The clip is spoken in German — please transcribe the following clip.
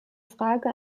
frage